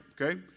okay